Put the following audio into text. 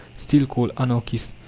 still called anarchists.